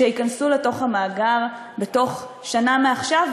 שייכנסו למאגר בתוך שנה מעכשיו.